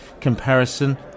comparison